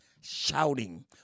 shouting